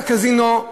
בקזינו,